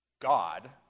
God